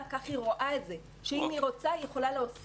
הוועדה רואה את זה אם היא רוצה היא יכולה להוסיף.